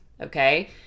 Okay